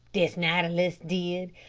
this natter-list did,